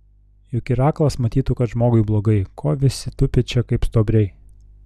juk ir aklas matytų kad žmogui blogai ko visi tupi čia kaip stuobriai